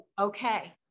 okay